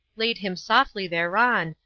laid him softly thereon,